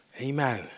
Amen